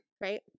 Right